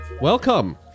Welcome